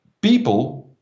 people